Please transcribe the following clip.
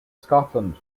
scotland